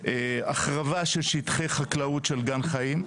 החרבה של שטחי חקלאות של גן חיים,